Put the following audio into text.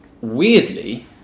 weirdly